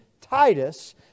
Titus